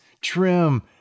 trim